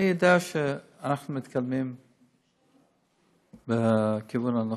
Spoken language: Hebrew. אני יודע שאנחנו מתקדמים בכיוון הנכון.